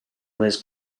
was